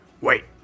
Wait